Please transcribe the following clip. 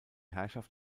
herrschaft